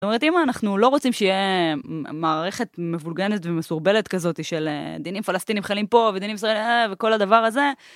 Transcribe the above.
זאת אומרת, אימא, אנחנו לא רוצים שיהיה מערכת מבולגנת ומסורבלת כזאת של דינים פלסטינים חיילים פה ודינים ישראלים, וכל הדבר הזה.